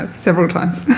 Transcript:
ah several times.